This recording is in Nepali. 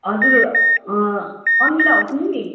हजुर अनिला हो तिमी